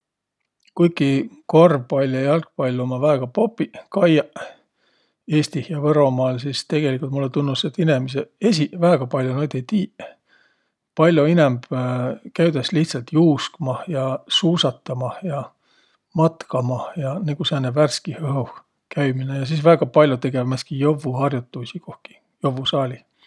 Kuigi korvpall ja jalgpall ummaq väega popiq kaiaq Eestih ja Võromaal, sis tegeligult mullõ tunnus, et inemiseq esiq väega pall'o noid ei tiiq. Pall'o inämb käüdäs lihtsält juuskmah ja suusatamah ja matkamah ja. Nigu sääne värskih õhuh käümine. Ja sis väega pall'oq tegeväq sääntsit jovvuhar'otuisi jovvusaalih kohki.